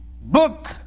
book